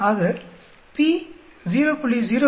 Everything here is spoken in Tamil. ஆக p 0